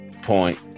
Point